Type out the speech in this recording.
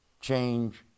change